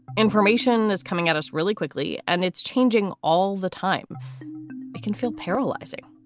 information is coming at us really quickly and it's changing all the time. it can feel paralyzing.